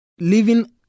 living